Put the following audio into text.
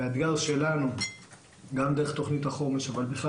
האתגר שלנו גם דרך תוכנית החומש אבל בכלל,